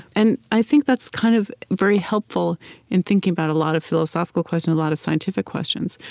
and i think that's kind of very helpful in thinking about a lot of philosophical questions, a lot of scientific questions.